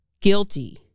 guilty